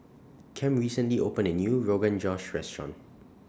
Kem recently opened A New Rogan Josh Restaurant